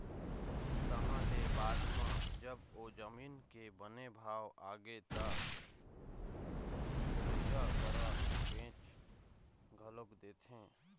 तहाँ ले बाद म जब ओ जमीन के बने भाव आगे त दुसरइया करा बेच घलोक देथे